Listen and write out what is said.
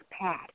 pad